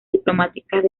diplomáticas